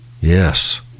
Yes